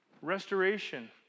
restoration